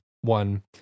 one